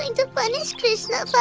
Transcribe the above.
um to punish krishna, but